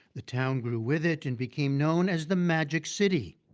the town grew with it and became known as the magic city.